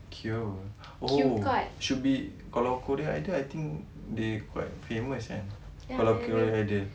queue apa oh should be kalau korea idol I think !hey! quite famous eh kalau korea idol